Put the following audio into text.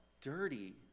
dirty